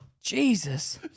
Jesus